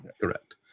Correct